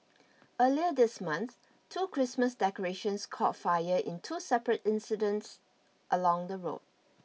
earlier this month two Christmas decorations caught fire on two separate incidents along the road